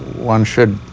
one should